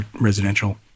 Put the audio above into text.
residential